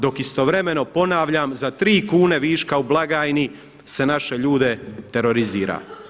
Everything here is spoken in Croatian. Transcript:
Dok istovremeno ponavljam za tri kune viška u blagajni se naše ljude terorizira.